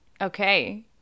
Okay